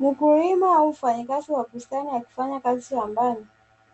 Mkulima au mfanyakazi wa bustani akifanya kazi shambani.